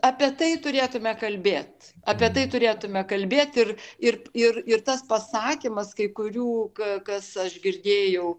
apie tai turėtume kalbėt apie tai turėtume kalbėt ir ir ir ir tas pasakymas kai kurių ką kas aš girdėjau